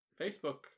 Facebook